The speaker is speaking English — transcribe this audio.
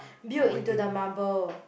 built into the marble